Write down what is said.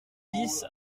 dix